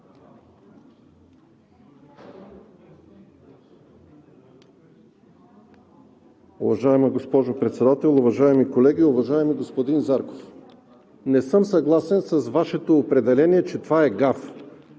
Уважаема госпожо Председател, уважаеми колеги! Уважаеми господин Зарков, не съм съгласен с Вашето определение, че това е гаф.